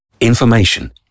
Information